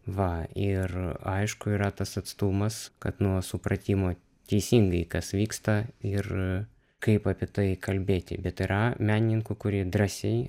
va ir aišku yra tas atstumas kad nuo supratimo teisingai kas vyksta ir kaip apie tai kalbėti bet yra menininkų kurie drąsiai